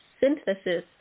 synthesis